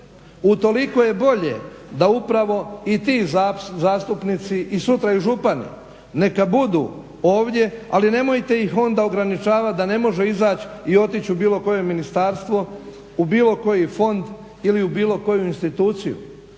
Utoliko je bolje da upravo ti zastupnici, a sutra i župani neka budu ovdje ali nemojte ih onda ograničavati da ne može izaći i otići u bilo koje ministarstvo, u bilo koji fond ili u bilo koju instituciju